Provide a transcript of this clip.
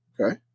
Okay